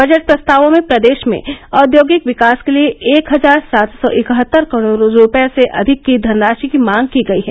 budget प्रस्तावों में प्रदेश में औद्योगिक विकास के लिए एक हजार सात सौ इकहत्तर करोड़ रूपये से अधिक की धनराशि की मांग की गयी है